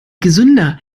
gesünder